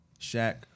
Shaq